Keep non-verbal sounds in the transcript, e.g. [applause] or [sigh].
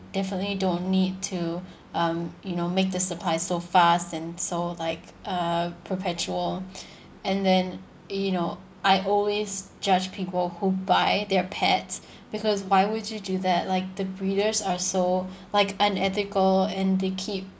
definitely don't need to um you know make the supply so fast and so like uh perpetual [breath] and then you know I always judge people who buy their pets because why would you do that like the breeders are so like unethical and they keep